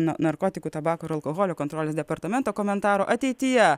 na narkotikų tabako ir alkoholio kontrolės departamento komentaro ateityje